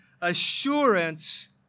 assurance